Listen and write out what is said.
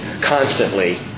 constantly